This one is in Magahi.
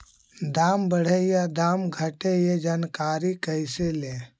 दाम बढ़े या दाम घटे ए जानकारी कैसे ले?